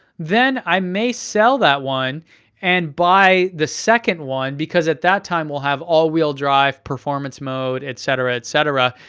then i may sell that one and buy the second one, because at that time, we'll have all wheel drive, performance mode, et cetera, et cetera.